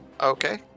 Okay